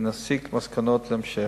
ונסיק מסקנות להמשך.